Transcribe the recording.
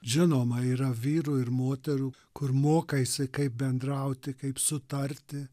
žinoma yra vyrų ir moterų kur mokaisi kaip bendrauti kaip sutarti